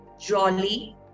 jolly